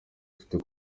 afite